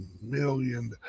million